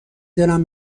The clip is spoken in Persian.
دلم